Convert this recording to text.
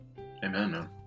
Amen